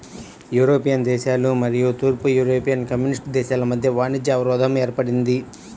European దేశాలు మరియు తూర్పు యూరోపియన్ కమ్యూనిస్ట్ దేశాల మధ్య వాణిజ్య అవరోధం ఏర్పడింది